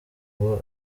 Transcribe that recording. aho